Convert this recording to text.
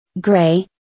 Gray